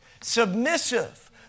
submissive